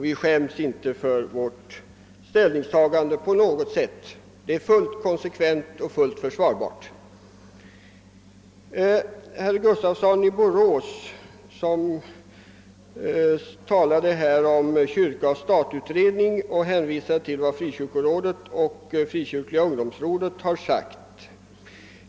Vi skäms inte för vårt ställningstagande på något sätt. Det är fullt konsekvent och försvarbart. Herr Gustafsson i Borås talade om kyrka—stat-utredningen och hänvisade till vad Sveriges frikyrkoråd och Frikyrkliga ungdomsrådet har sagt.